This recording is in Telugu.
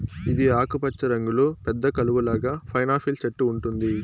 ఇది ఆకుపచ్చ రంగులో పెద్ద కలువ లాగా పైనాపిల్ చెట్టు ఉంటుంది